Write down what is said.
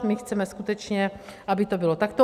My chceme skutečně, aby to bylo takto.